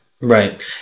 Right